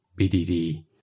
BDD